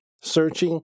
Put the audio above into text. searching